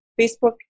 Facebook